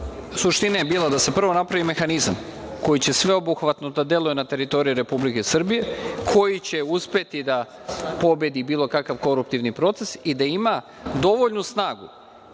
suština je bila da se prvo napravi mehanizam koji će sveobuhvatno da deluje na teritoriji Republike Srbije, koji će uspeti da pobedi bilo kakav koruptivni proces i da ima dovoljnu snagu